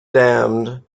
dammed